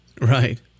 Right